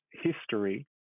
history